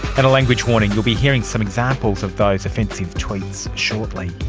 and a language warning, you'll be hearing some examples of those offensive tweets shortly.